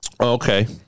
Okay